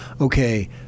Okay